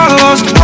lost